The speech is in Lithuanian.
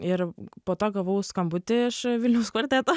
ir po to gavau skambutį iš vilniaus kvarteto